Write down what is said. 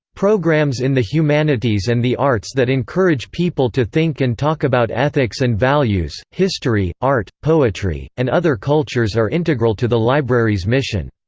programs in the humanities and the arts that encourage people to think and talk about ethics and values, history, art, poetry, and other cultures are integral to the library's mission.